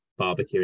barbecuing